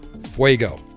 Fuego